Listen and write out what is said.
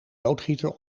loodgieter